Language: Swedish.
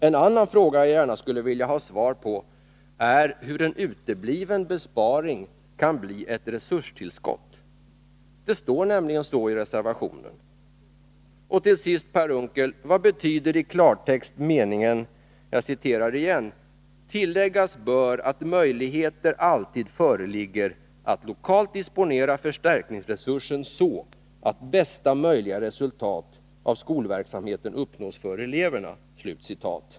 En annan fråga som jag gärna skulle vilja ha svar på är hur en utebliven besparing kan bli ett resurstillskott. Det står nämligen så i reservationen. Och till sist, Per Unckel, vad betyder i klartext meningen: ”Tilläggas bör att möjligheter alltid föreligger att lokalt disponera förstärkningsresursen så att bästa möjliga resultat av skolverksamheten uppnås för eleverna.”?